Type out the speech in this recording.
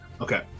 Okay